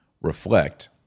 Reflect